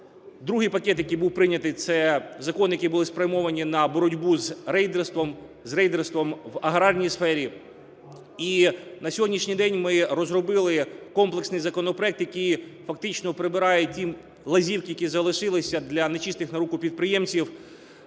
Другий пакет, який був прийнятий, це закони, які були спрямовані на боротьбу з рейдерством, з рейдерством в аграрній сфері. І на сьогоднішній день ми розробили комплексний законопроект, який фактично прибирає ті лазівки, які залишилися для нечистих на руку підприємців,